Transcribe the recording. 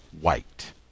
white